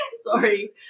Sorry